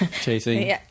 chasing